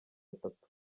atatu